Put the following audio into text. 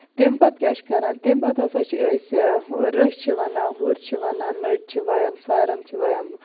تَمہِ پَتہٕ کیاہ چھِ کران تَمہِ پَتہٕ ہسا چھِ أسۍ رٔہی چھِ وَنان ہُر چھِ وَنان نٔٹۍ چھِ وایان سارَن چھِ وایان